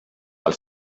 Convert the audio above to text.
els